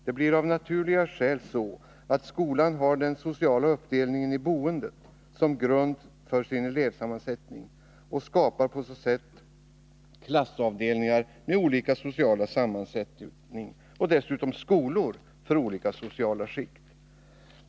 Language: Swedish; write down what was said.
Det blir av naturliga skäl så att skolan har den sociala uppdelningen i boendet som grund för sin elevsammansättning och skapar på så sätt klassavdelningar med olika social sammansättning och dessutom skolor för olika sociala skikt.